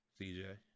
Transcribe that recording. CJ